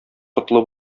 котлы